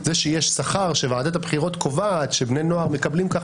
זה שיש שכר שוועדת הבחירות קובעת שבני נוער מקבלים כך